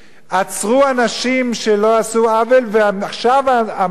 עצרו אנשים שלא עשו עוול ועכשיו המפגינים